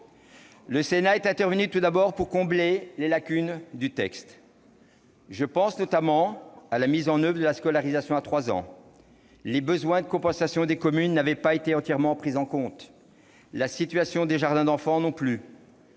Le Sénat est intervenu tout d'abord pour combler les lacunes du texte. Je pense notamment à la mise en oeuvre de la scolarisation à 3 ans : les besoins de compensation des communes n'avaient pas été entièrement pris en compte, la situation des jardins d'enfants non plus.